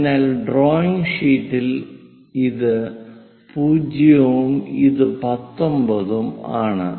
അതിനാൽ ഡ്രോയിംഗ് ഷീറ്റിൽ ഇത് 0 ഉം ഇത് 19 ഉം ആണ്